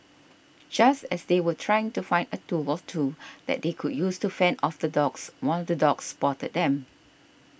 just as they were trying to find a tool or two that they could use to fend off the dogs one of the dogs spotted them